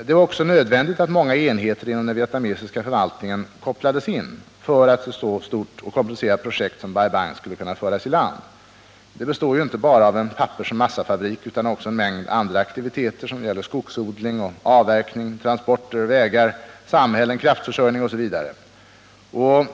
Det var också nödvändigt att många enheter inom den vietnamesiska förvaltningen kopplades in för att ett så stort och komplicerat projekt som Bai Bang skulle kunna föras i land. Det består ju inte bara av en pappersoch massafabrik utan också av en mängd andra aktiviteter som gäller skogsodling, avverkning, transporter, vägar, samhällen, kraftförsörjning osv.